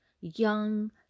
young